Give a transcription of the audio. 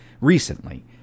recently